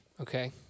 okay